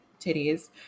titties